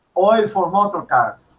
oil for motor cars